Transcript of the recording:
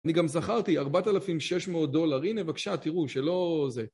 אני גם זכרתי 4,600 דולר, הנה בבקשה תראו שלא זה